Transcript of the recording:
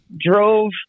drove